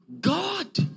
God